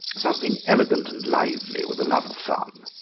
something elegant and lively, with a love of fun.